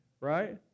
right